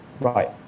Right